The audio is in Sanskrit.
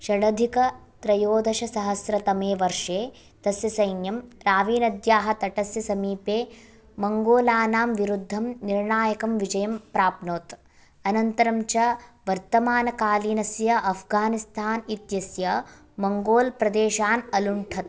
षडधिकत्रयोदशसहस्रतमे वर्षे तस्य सैन्यं राविनद्याः तटस्य समीपे मंगोलानां विरुद्धं निर्णायकं विजयं प्राप्नोत् अनन्तरं च वर्तमानकालीनस्य अफ़्घानिस्तान् इत्यस्य मंगोल् प्रदेशान् अलुण्ठत्